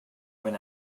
when